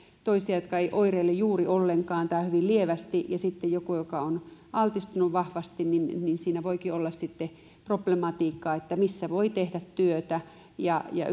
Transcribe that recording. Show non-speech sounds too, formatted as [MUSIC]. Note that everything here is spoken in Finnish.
jotka eivät oireile juuri ollenkaan tai hyvin lievästi ja sitten joku joka on altistunut vahvasti ja siinä voikin olla sitten problematiikkaa että missä voi tehdä työtä ja ja [UNINTELLIGIBLE]